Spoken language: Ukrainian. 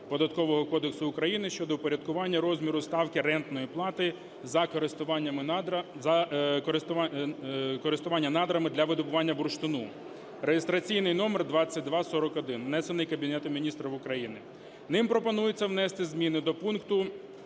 щодо впорядкування розміру ставки рентної плати за користування надрами для видобування бурштину (реєстраційний номер 2241) (внесений Кабінетом Міністрів України). Ним пропонується внести зміни до пункту